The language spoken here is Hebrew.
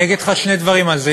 אני אגיד לך שני דברים על זה,